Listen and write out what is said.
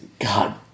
God